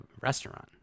restaurant